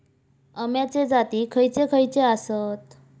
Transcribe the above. अम्याचे जाती खयचे खयचे आसत?